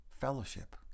Fellowship